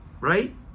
right